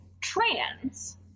trans